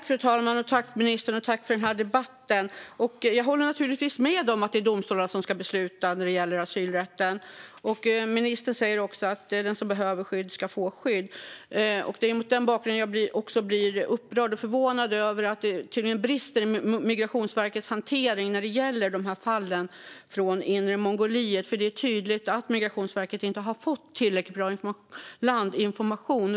Fru talman! Tack, ministern, för den här debatten! Jag håller naturligtvis med om att det är domstolarna som ska besluta när det gäller asylrätten. Ministern säger också att den som behöver skydd ska få skydd. Det är mot den bakgrunden som jag blir upprörd och förvånad över att det tydligen brister i Migrationsverkets hantering av fallen från Inre Mongoliet, för det är tydligt att Migrationsverket inte har fått tillräckligt bra landinformation.